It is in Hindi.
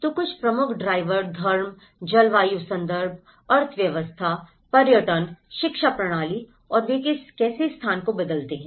तो कुछ प्रमुख ड्राइवर धर्म जलवायु संदर्भ अर्थव्यवस्था पर्यटन शिक्षा प्रणाली और वे कैसे स्थान को बदलते हैं